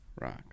Rock